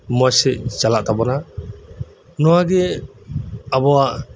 ᱢᱚᱪᱥᱮᱫ ᱪᱟᱞᱟᱜ ᱛᱟᱵᱩᱱᱟ ᱱᱚᱣᱟᱜᱤ ᱟᱵᱩᱣᱟᱜ